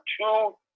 two